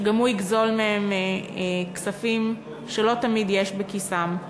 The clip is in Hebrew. שגם הוא יגזול מהם כספים שלא תמיד יש בכיסם.